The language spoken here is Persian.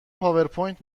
پاورپوینت